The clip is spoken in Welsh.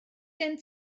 gen